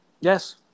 Yes